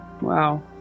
Wow